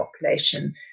population